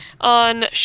on